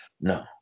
No